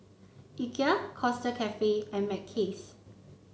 Ikea Costa Coffee and Mackays